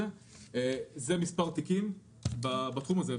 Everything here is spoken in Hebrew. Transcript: זה מספר תיקים בתחום הזה,